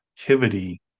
activity